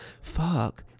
Fuck